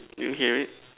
do you hear it